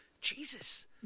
Jesus